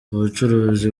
ubucuruzi